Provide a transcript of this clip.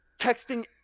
texting